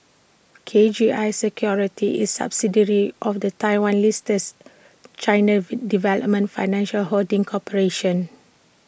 K G I securities is A subsidiary of the Taiwan listed China development financial holding corporation